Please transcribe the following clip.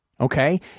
Okay